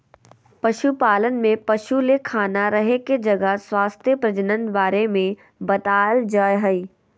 पशुपालन में पशु ले खाना रहे के जगह स्वास्थ्य प्रजनन बारे में बताल जाय हइ